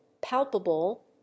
palpable